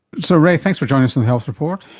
so ray, thanks for joining us on the health report.